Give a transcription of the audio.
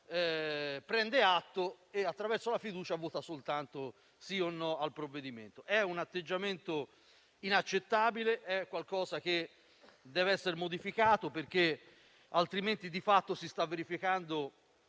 prende atto e, attraverso la fiducia, vota soltanto sì o no al provvedimento. È un atteggiamento inaccettabile, è qualcosa che deve essere modificato, perché altrimenti si sta verificando